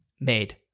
made